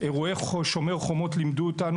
אירועי "שומר החומות" לימדו אותנו